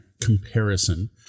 comparison